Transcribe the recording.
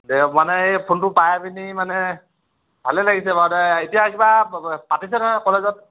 মানে এই ফোনটো পাই পিনি মানে ভালেই লাগিছে বাৰু দে এতিয়া কিবা পাতিছে নহয় কলেজত